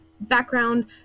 background